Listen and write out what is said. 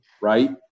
right